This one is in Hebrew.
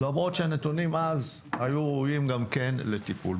למרות שהנתונים אז היו ראויים גם כן לטיפול.